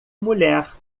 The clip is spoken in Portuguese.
mulher